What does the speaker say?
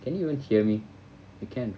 can you hear me you can right